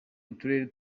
uturere